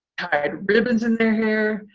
tied ribbons in their hair,